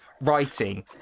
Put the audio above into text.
writing